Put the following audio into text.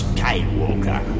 Skywalker